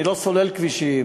אני לא סולל כבישים,